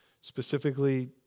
specifically